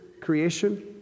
creation